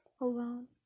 alone